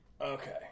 Okay